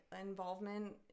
involvement